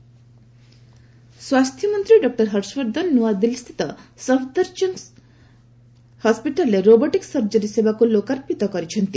health ସ୍ୱାସ୍ଥ୍ୟ ମନ୍ତ୍ରୀ doctor Harshvardhan ନୂଆଦିଲ୍ଲୀ ସ୍ଥିତ ସଫଦରଜଙ୍ଗ୍ ହସ୍କିଟାଲ୍ରେ ରୋବଟିକ୍ ସର୍ଜରୀ ସେବାକୁ ଲୋକର୍ପିତ କରିଛନ୍ତି